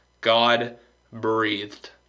God-breathed